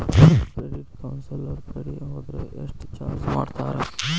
Credit counsellor ಕಡೆ ಹೊದ್ರ ಯೆಷ್ಟ್ ಚಾರ್ಜ್ ಮಾಡ್ತಾರ?